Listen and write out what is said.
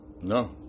No